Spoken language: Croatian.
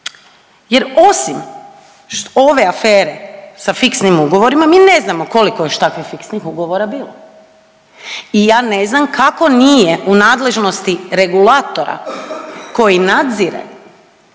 jer osim ove afere sa fiksnim ugovorima, mi ne znamo koliko je još takvih fiksnih ugovora bilo i ja ne znam kako nije u nadležnosti regulatora koji nadzire